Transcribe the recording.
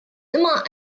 immer